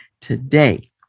Today